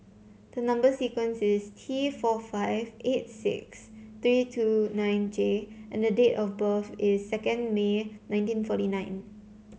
the number sequence is T four five eight six three two nine J and the date of birth is second May nineteen forty nine